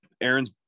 Aaron's